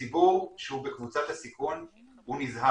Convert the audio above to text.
הציבור שהוא בקבוצת הסיכון נזהר,